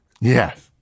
Yes